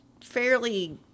fairly